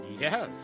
Yes